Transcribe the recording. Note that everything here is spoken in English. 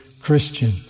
Christian